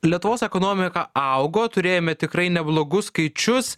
lietuvos ekonomika augo turėjome tikrai neblogus skaičius